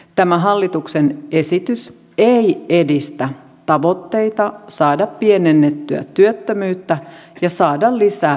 tämä hallituksen esitys ei edistä tavoitteita saada pienennettyä työttömyyttä ja saada lisää verotuloja